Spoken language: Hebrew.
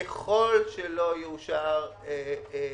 ככל שלא יאושר תקציב,